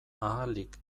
ahalik